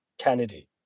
Kennedy